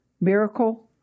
miracle